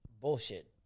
bullshit